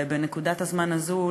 בנקודת הזמן הזאת,